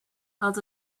held